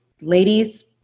Ladies